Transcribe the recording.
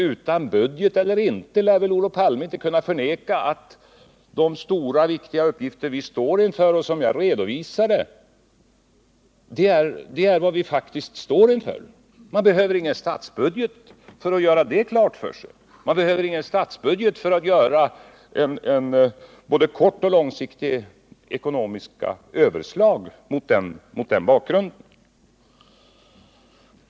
Utan budget eller inte — Olof Palme lär inte kunna förneka att vi står inför de stora, viktiga uppgifter som jag redovisade. Man behöver ingen statsbudget för att göra det klart för sig, man behöver ingen statsbudget för att göra både kortoch långsiktiga ekonomiska överslag mot den bakgrunden.